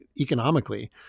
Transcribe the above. economically